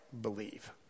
believe